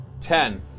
Ten